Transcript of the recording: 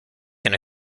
can